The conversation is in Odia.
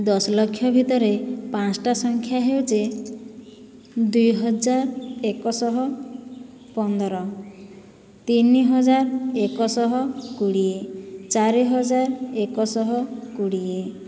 ଦଶ ଲକ୍ଷ ଭିତରେ ପାଞ୍ଚଟା ସଂଖ୍ୟା ହେଉଛେ ଦୁଇ ହଜାର ଏକ ଶହ ପନ୍ଦର ତିନି ହଜାର ଏକ ଶହ କୋଡ଼ିଏ ଚାରି ହଜାର ଏକ ଶହ କୋଡ଼ିଏ